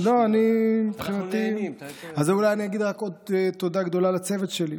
אני אגיד רק עוד תודה גדולה לצוות שלי,